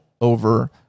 over